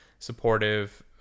supportive